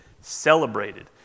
celebrated